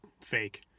fake